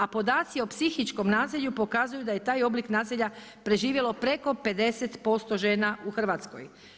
A podaci o psihičkom nasilju pokazuju da je taj oblik nasilja preživjelo preko 50% žena u Hrvatskoj.